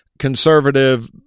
conservative